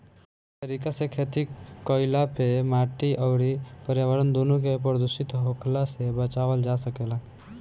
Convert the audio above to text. इ तरीका से खेती कईला पे माटी अउरी पर्यावरण दूनो के प्रदूषित होखला से बचावल जा सकेला